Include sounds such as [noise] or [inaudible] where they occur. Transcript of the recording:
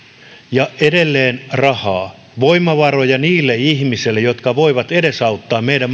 ja edelleen rahaa voimavaroja niille ihmisille jotka voivat edesauttaa meidän [unintelligible]